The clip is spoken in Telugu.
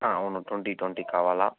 అవును ట్వెంటీ ట్వెంటీ కావాలి